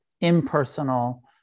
impersonal